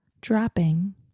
dropping